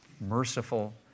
merciful